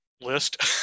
list